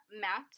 Matt